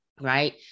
Right